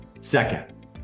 Second